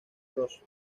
cross